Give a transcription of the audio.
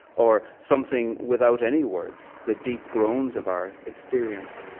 or something without any words, the deep groans of our experience.